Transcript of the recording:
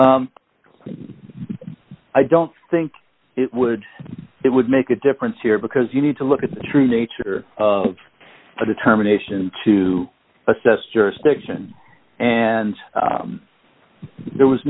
right i don't think it would it would make a difference here because you need to look at the true nature of the determination to assess jurisdiction and there was